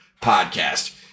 podcast